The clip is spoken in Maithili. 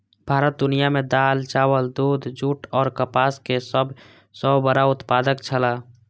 भारत दुनिया में दाल, चावल, दूध, जूट और कपास के सब सॉ बड़ा उत्पादक छला